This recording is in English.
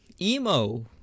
Emo